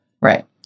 right